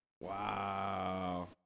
Wow